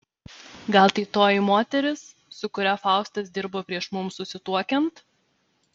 gal tai toji moteris su kuria faustas dirbo prieš mums susituokiant